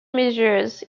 measures